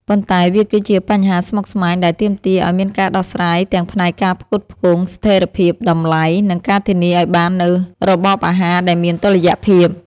ប៉ុន្តែវាគឺជាបញ្ហាស្មុគស្មាញដែលទាមទារឱ្យមានការដោះស្រាយទាំងផ្នែកការផ្គត់ផ្គង់ ស្ថិរភាពតម្លៃ និងការធានាឱ្យបាននូវរបបអាហារដែលមានតុល្យភាព